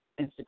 Instagram